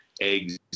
eggs